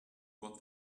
what